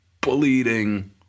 bleeding